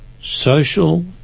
social